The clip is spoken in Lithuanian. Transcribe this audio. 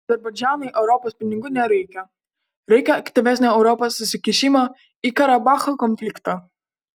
azerbaidžanui europos pinigų nereikia reikia aktyvesnio europos įsikišimo į karabacho konfliktą